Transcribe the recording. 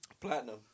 Platinum